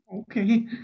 okay